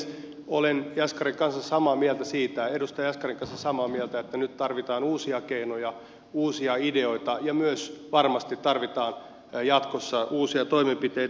olen edustaja jaskarin kanssa samaa mieltä siitä että nyt tarvitaan uusia keinoja uusia ideoita ja myös varmasti tarvitaan jatkossa uusia toimenpiteitä